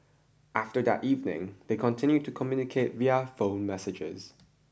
after that evening they continued to communicate via phone messages